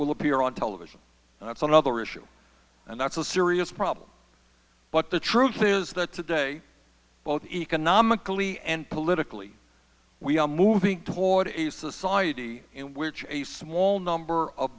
will appear on television that's another issue and that's a serious problem but the truth is that today both economically and politically we are moving toward a society in which a small number of